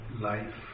life